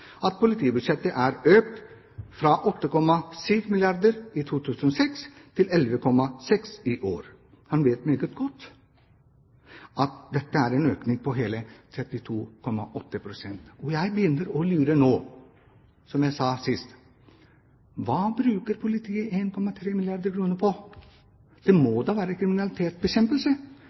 at politibudsjettet er økt fra 8,7 milliarder kr i 2006 til 11,6 milliarder i år. Han vet meget godt at dette er en økning på hele 32,8 pst. Jeg begynner å lure nå, som jeg har sagt før: Hva bruker politiet 1,3 milliarder kr på? Det må da være kriminalitetsbekjempelse,